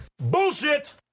Bullshit